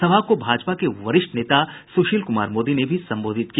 सभा को भाजपा के वरिष्ठ नेता सुशील कुमार मोदी ने भी संबोधित किया